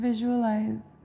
Visualize